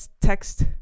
text